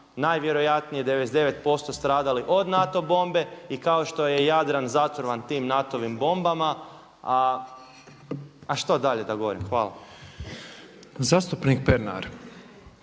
najvjerojatnije 99% stradali od NATO bombe i kao što je i Jadran zatrovan tim NATO-vim bombama a što dalje da govorim? Hvala. **Petrov,